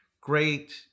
great